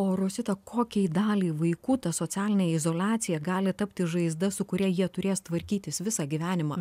o rosita kokiai daliai vaikų ta socialinė izoliacija gali tapti žaizda su kuria jie turės tvarkytis visą gyvenimą